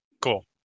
cool